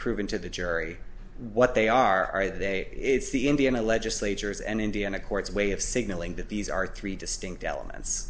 proven to the jury what they are they it's the indiana legislatures and indiana court's way of signaling that these are three distinct elements